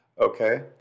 Okay